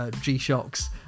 G-shocks